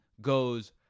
goes